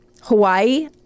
Hawaii